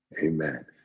Amen